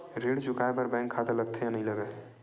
ऋण चुकाए बार बैंक खाता लगथे या नहीं लगाए?